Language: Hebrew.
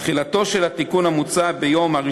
תחילתו של התיקון המוצע ביום 1